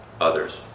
others